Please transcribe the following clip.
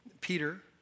Peter